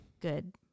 good